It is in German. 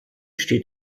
steht